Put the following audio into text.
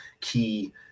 key